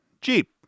Jeep